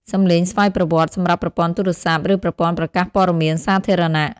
សំឡេងស្វ័យប្រវត្តិ សម្រាប់ប្រព័ន្ធទូរស័ព្ទ ឬប្រព័ន្ធប្រកាសព័ត៌មានសាធារណៈ។